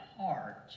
heart